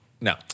No